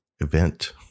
event